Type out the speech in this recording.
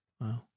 Wow